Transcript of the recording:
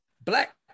Black